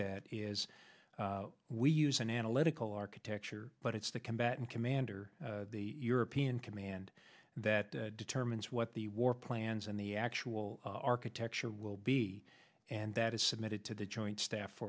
that is we use an analytical architecture but it's the combatant commander the european command that determines what the war plans and the actual architecture will be and that is submitted to the joint staff